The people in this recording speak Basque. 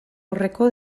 aurreko